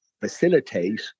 facilitate